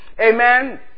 Amen